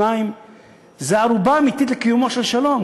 2. זו ערובה אמיתית לקיומו של שלום,